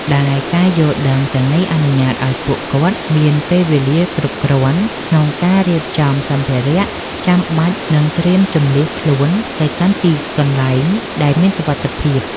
ដែលការយល់ដឹងទាំងនេះអនុញ្ញាតឱ្យពួកគាត់មានពេលវេលាគ្រប់គ្រាន់ក្នុងការរៀបចំសម្ភារៈចាំបាច់ និងត្រៀមជម្លៀសខ្លួនទៅកាន់ទីកន្លែងដែលមានសុវត្ថិភាព។